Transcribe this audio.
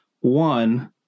one